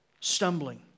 stumbling